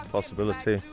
Possibility